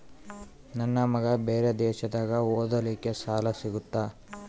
ನನ್ನ ಮಗ ಬೇರೆ ದೇಶದಾಗ ಓದಲಿಕ್ಕೆ ಸಾಲ ಸಿಗುತ್ತಾ?